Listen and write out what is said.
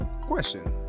Question